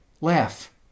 laugh